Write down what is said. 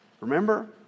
Remember